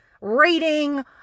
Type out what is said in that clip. rating